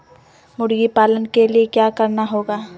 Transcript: मुर्गी पालन के लिए क्या करना होगा?